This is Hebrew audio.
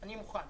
אני מוכן.